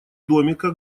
домика